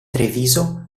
treviso